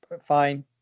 fine